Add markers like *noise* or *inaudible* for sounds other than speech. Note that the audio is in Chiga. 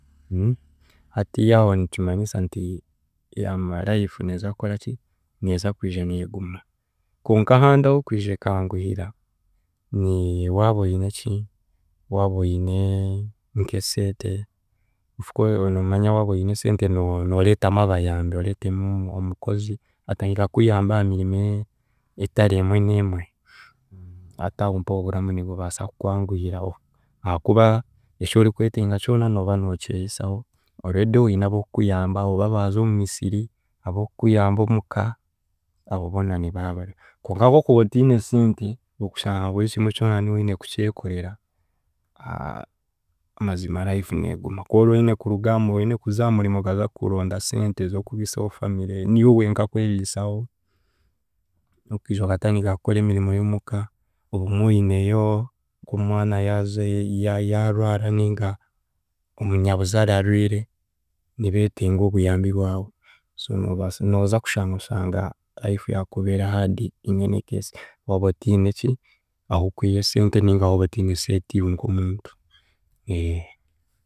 Hatiiya aho nikimanyisa nti yaama life neeza kukoraki neeza kwija neeguma konka ahandi ahookwija ekanguhira, ni waaba oine ki waaba oine nk'eseete of course noomanya waaba oine esente no- nooreetamu abayambi oreetamu omukozi atandika kukuyamba aha mirimo e- etari emwe n’emwe hati aho mpaho oburamu nibubaasa kukwanguhiraho ahaakuba eki orikwetenga kyona nooba nookyehisaho, already oine ab’okukuyambaho, oba baaza omu misiri, ob’okukuyamba omu ka, abo boona nibaabariho konka kw’okuba otiine sente, okashanga ngu buri kimwe kyona niiwe oine kukyekorera, *hesitation* mazima life neeguma koroine kuruga aha murimo oine kuza aha murimo okaza kuronda sente z'okubiisaho family, niiwe wenka kwebiisaho okiija okatandika kukora emirimo y'omu ka, obumwe oine yo nk'omwana yaazi ya- yaarwara ninga omunyabuzaare arwire nibeetenga obuyambi bwawe, so noobaasa nooza kushanga, oshanga life yaakubeera hard in any case waaba otiine ki, oh’okwiha esente ninga waaba otiine seete iwe nk'omutu.